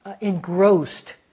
engrossed